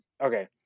okay